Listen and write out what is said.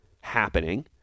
happening